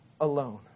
alone